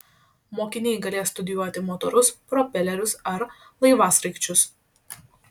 mokiniai galės studijuoti motorus propelerius ar laivasraigčius